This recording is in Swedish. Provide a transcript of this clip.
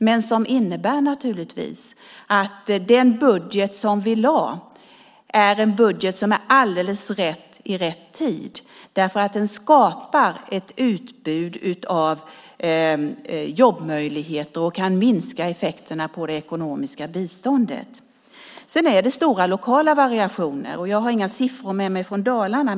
Det innebär att den budget som vi lade fram är en budget som är alldeles rätt i rätt tid. Den skapar ett utbud av jobbmöjligheter och kan minska effekterna på det ekonomiska biståndet. Det är stora lokala variationer. Jag har inga siffror med mig från Dalarna.